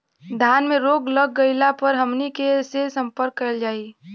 धान में रोग लग गईला पर हमनी के से संपर्क कईल जाई?